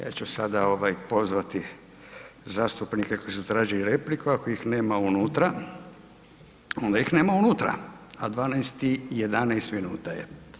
Ja ću sada pozivati zastupnike koji su tražili repliku, ako ih nema unutra, onda ih nema unutra, a 12 i 11 minuta je.